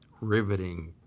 riveting